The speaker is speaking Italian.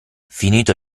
finito